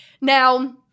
Now